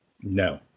No